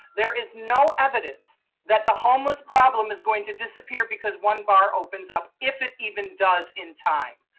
there is no evidence that the homeless problem is going to disappear because one bar opens up if it even does in time.